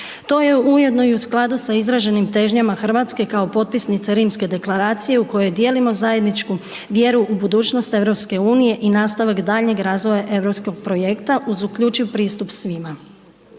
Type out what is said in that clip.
To je ujedno i u skladu sa izraženim težnjama Hrvatske kao potpisnice Rimske deklaracije u kojoj dijelimo zajedničku vjeru u budućnost EU i nastavak daljnjeg razvoja Europskog projekta uz uključiv pristup svima.